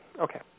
Okay